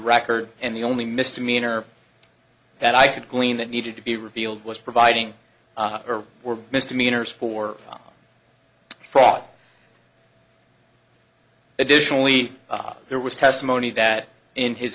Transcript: record and the only misdemeanor that i could glean that needed to be revealed was providing or were misdemeanors for a fraud additionally there was testimony that in his